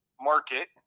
market